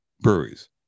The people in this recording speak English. breweries